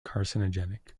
carcinogenic